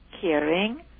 caring